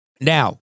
Now